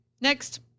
Next